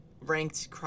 ranked